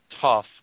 tough